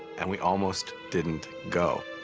and we almost didn't go.